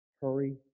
Hurry